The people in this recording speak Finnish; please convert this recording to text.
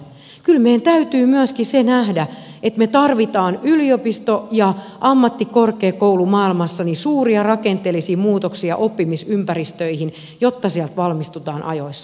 kyllä meidän täytyy myöskin se nähdä että me tarvitsemme yliopisto ja ammattikorkeakoulumaailmassa suuria rakenteellisia muutoksia oppimisympäristöihin jotta sieltä valmistutaan ajoissa